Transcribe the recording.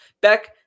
Beck